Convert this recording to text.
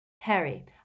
Harry